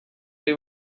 they